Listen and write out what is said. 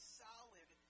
solid